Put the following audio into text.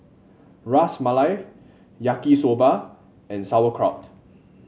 Ras Malai Yaki Soba and Sauerkraut